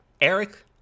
Eric